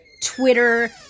twitter